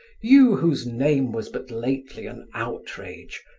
you whose name was but lately an outrage,